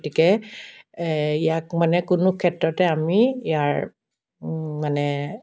গতিকে ইয়াক মানে কোনো ক্ষেত্ৰতে আমি ইয়াৰ মানে